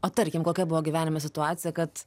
o tarkim kokia buvo gyvenimo situacija kad